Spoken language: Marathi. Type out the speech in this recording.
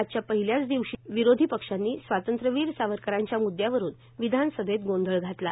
आजच्या पहिल्याच दिवशी विरोधी पक्षांनी स्वातंत्र्यवीर सावरकरांच्या म्द्यावरून विधानसभेत गोंधळ घातला